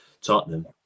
Tottenham